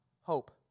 hope